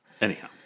anyhow